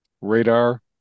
radar